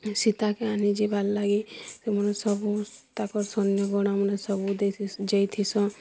ସୀତାକେ ଆଣିଯିବାର୍ ଲାଗି ସେମାନେ ସବୁ ତାକର୍ ସୈନ୍ୟ ଗଣମାନେ ସବୁ ଦେଇ ଯାଇଥିସନ୍